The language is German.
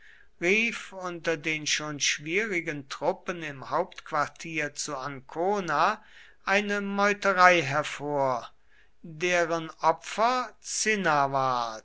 unter den schon schwierigen truppen im hauptquartier zu ancona eine meuterei hervor deren opfer cinna